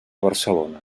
barcelona